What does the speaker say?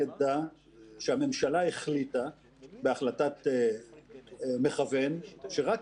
נדע שהממשלה החליטה בהחלטת מכוון שרק